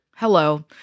Hello